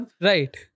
Right